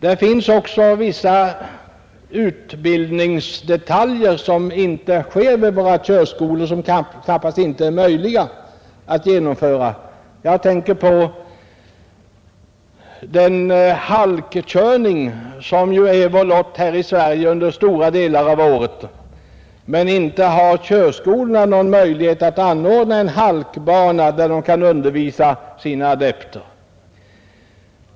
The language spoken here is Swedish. Det finns också vissa utbildningsdetaljer som inte förekommer vid våra körskolor och som knappast heller är möjliga att genomföra. Jag tänker på den halkkörning som ju är vår lott här i Sverige under stora delar av året. Men inte har körskolorna någon möjlighet att anordna halkbana där de kan undervisa sina adepter.